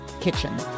kitchen